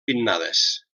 pinnades